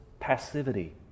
passivity